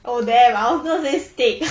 oh damn I was going to say steak